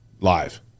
live